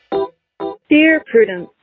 oh dear prudence.